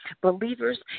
believers